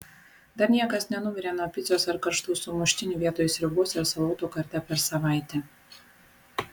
dar niekas nenumirė nuo picos ar karštų sumuštinių vietoj sriubos ir salotų kartą per savaitę